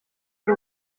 ari